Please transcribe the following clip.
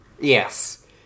Yes